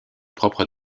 propres